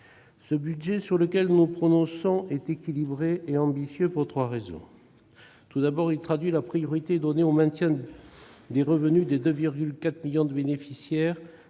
sommes appelés à nous prononcer est équilibré et ambitieux, pour trois raisons. Tout d'abord, il traduit la priorité donnée au maintien des revenus des 2,4 millions de bénéficiaires,